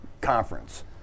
conference